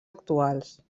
actuals